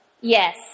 Yes